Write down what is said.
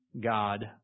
God